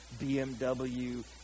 BMW